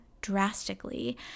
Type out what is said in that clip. drastically